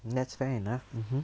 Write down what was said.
that's fair enough